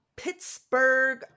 Pittsburgh